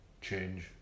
change